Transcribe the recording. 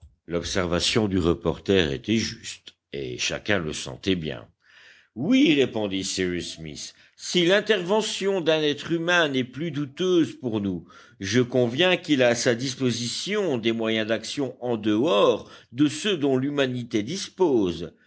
l'observation du reporter était juste et chacun le sentait bien oui répondit cyrus smith si l'intervention d'un être humain n'est plus douteuse pour nous je conviens qu'il a à sa disposition des moyens d'action en dehors de ceux dont l'humanité dispose